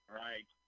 right